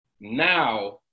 now